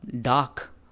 Dark